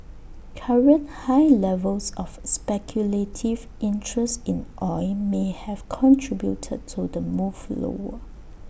current high levels of speculative interest in oil may have contributed to the move lower